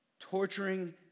Torturing